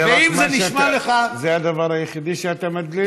ואם זה נשמע לך, זה הדבר היחידי שאתה מדליף?